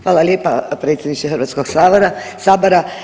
Hvala lijepa predsjedniče Hrvatskoga sabora.